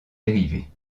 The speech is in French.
dérivés